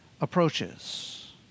approaches